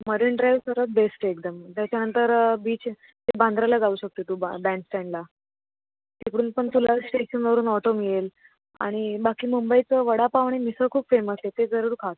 marine Drive सर्वात best आहे एकदम त्याच्यानंतर बीच ते बांद्र्याला जाऊ शकते तू बँडस्टँडला तिकडून पण तुला स्टेशनवरून ऑटो मिळेल आणि बाकी मुंबईचं वडापाव आणि मिसळ खूप फेमस आहे ते जरूर खा तू